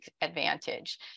advantage